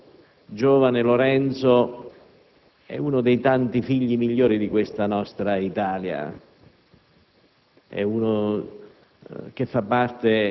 mi fermerei qui, perché questo giovane Lorenzo è uno dei tanti figli migliori di questa nostra Italia,